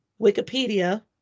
Wikipedia